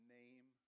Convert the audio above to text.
name